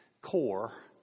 core